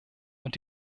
und